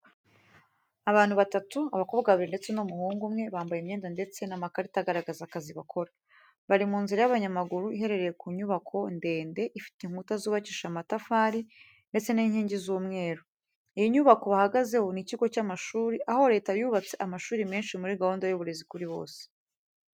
Abantu batatu, abakobwa babiri ndetse n’umuhungu umwe bambaye imyenda ndetse n’amakarita agaragaza akazi bakora. Bari mu nzira y’abanyamaguru iherereye ku nyubako ndende, ifite inkuta zubakishije amatafari ndetse n’inkingi z’umweru. Iyi nyubako bahagazeho ni ikigo cy’amashuri, aho Leta yubatse amashuri menshi muri gahunda y’uburezi kuri bose.